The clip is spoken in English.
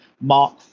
Mark